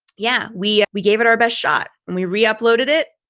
yeah, we we gave it our best shot, and we re uploaded it,